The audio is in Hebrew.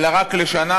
אלא רק לשנה,